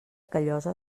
callosa